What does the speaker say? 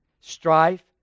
Strife